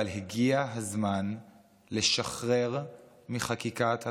אבל הגיע הזמן לשחרר מחקיקת הקורונה,